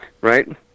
right